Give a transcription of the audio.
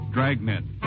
Dragnet